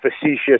facetious